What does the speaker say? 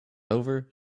over